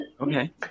Okay